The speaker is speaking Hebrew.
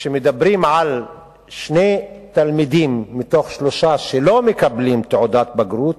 כשמדברים על שני תלמידים מתוך שלושה שלא מקבלים תעודת בגרות,